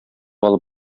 алып